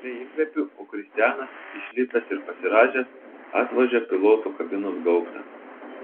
giliai įkvepiu o kristianas išlipęs ir pasirąžęs atvožia piloto kabinos gaubtą